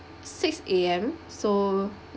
six A_M so